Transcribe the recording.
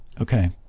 Okay